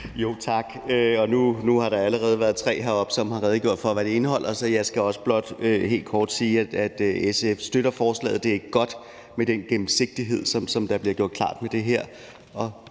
Tak. Nu har der allerede været tre heroppe, som har redegjort for, hvad forslaget indeholder, så jeg skal også blot helt kort sige, at SF støtter det. Det er godt med den gennemsigtighed, som der bliver gjort klart med det her,